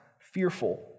fearful